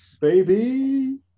baby